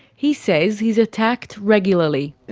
he says he's attacked regularly.